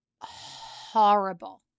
horrible